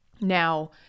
now